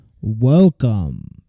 Welcome